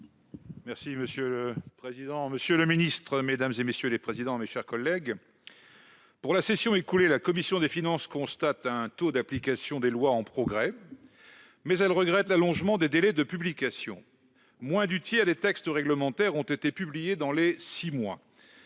Monsieur le président, monsieur le ministre, mes chers collègues, pour la session écoulée, la commission des finances constate un taux d'application des lois en progrès, mais elle regrette l'allongement des délais de publication. Moins du tiers des textes réglementaires ont été publiés dans les six mois.